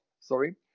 sorry